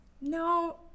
no